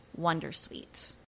wondersuite